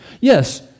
Yes